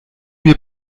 mir